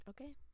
Okay